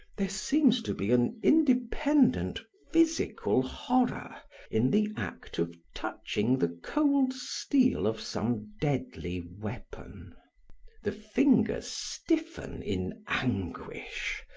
there seems to be an independent physical horror in the act of touching the cold steel of some deadly weapon the fingers stiffen in anguish,